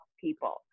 people